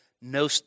No